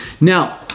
Now